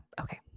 okay